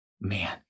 man